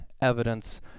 evidence